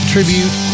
Tribute